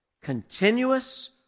continuous